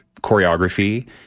choreography